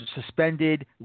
suspended